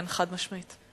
כן, חד-משמעית.